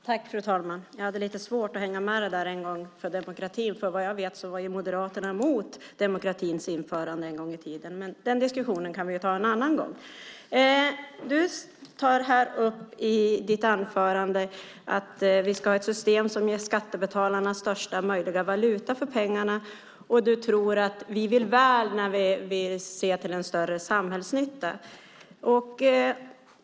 Fru talman! Jag hade lite svårt att hänga med i det där. Såvitt jag vet var Moderaterna en gång i tiden emot demokratins införande. Men den diskussionen kan vi ta en annan gång. Du, Göran Pettersson, tar i ditt anförande upp att vi ska ha ett system som ger skattebetalarna största möjliga valuta för pengarna, och du tror att vi vill väl när vi ser till en större samhällsnytta.